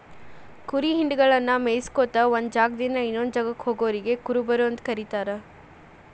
ಕುರಿ ಹಿಂಡಗಳನ್ನ ಮೇಯಿಸ್ಕೊತ ಒಂದ್ ಜಾಗದಿಂದ ಇನ್ನೊಂದ್ ಜಾಗಕ್ಕ ಹೋಗೋರಿಗೆ ಕುರುಬರು ಅಂತ ಕರೇತಾರ